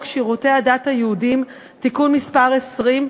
שירותי הדת היהודיים (תיקון מס' 20),